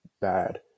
bad